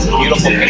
beautiful